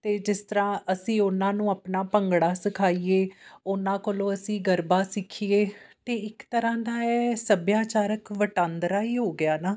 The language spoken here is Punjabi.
ਅਤੇ ਜਿਸ ਤਰ੍ਹਾਂ ਅਸੀਂ ਉਹਨਾਂ ਨੂੰ ਆਪਣਾ ਭੰਗੜਾ ਸਿਖਾਈਏ ਉਹਨਾਂ ਕੋਲੋਂ ਅਸੀਂ ਗਰਬਾ ਸਿੱਖੀਏ ਅਤੇ ਇੱਕ ਤਰ੍ਹਾਂ ਦਾ ਇਹ ਸੱਭਿਆਚਾਰਕ ਵਟਾਂਦਰਾ ਹੀ ਹੋ ਗਿਆ ਨਾ